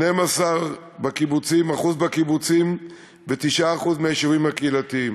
12% מקיבוצים ו-9% מהיישובים הקהילתיים.